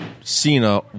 Cena